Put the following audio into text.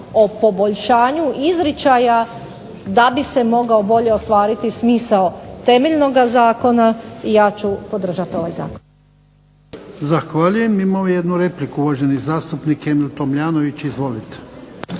o poboljšanju izričaja da bi se mogao bolje ostvariti smisao temeljnog zakona, ja ću podržati ovaj zakon.